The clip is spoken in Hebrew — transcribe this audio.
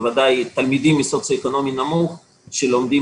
בוודאי תלמידים מסוציו-אקונומי נמוך שלומדים